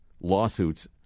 lawsuits